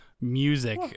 music